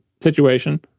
situation